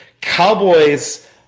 Cowboys